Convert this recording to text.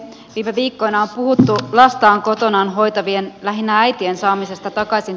time viikkona huhu tuli lastaan kotona hoitavien lähinnä äitien saamisesta takaisin